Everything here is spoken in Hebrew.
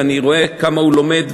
ואני רואה כמה הוא לומד,